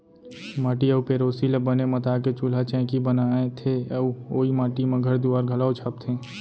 माटी अउ पेरोसी ल बने मता के चूल्हा चैकी बनाथे अउ ओइ माटी म घर दुआर घलौ छाबथें